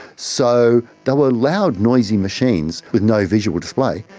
so they were loud, noisy machines with no visual display,